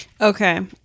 Okay